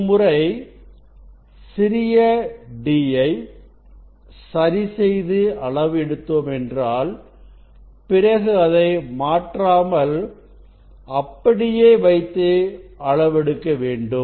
ஒருமுறை சிறிய d ஐ சரிசெய்து அளவு எடுத்தோம் என்றால் பிறகு அதை மாற்றாமல் அப்படியே வைத்து அளவெடுக்க வேண்டும்